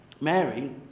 Mary